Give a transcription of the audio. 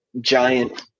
giant